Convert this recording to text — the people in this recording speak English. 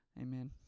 Amen